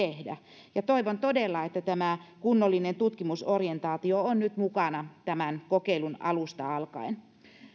tehdä ja toivon todella että tämä kunnollinen tutkimusorientaatio on nyt mukana tämän kokeilun alusta alkaen